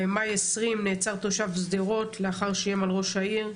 במאי 2020 נעצר תושב שדרות לאחר שאיים על ראש העיר,